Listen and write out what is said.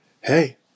hey